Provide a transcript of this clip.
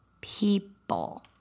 people